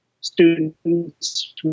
students